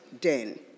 den